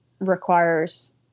requires